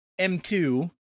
M2